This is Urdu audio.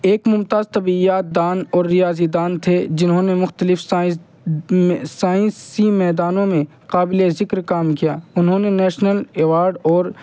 ایک ممتاز طبعیات دان اور ریاضی دان تھے جنہوں نے مختلف سائنس سائنسی میدانوں میں قابل ذکر کام کیا انہوں نے نیشنل ایواڈ اور